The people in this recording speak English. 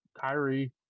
Kyrie